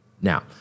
Now